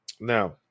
Now